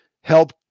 help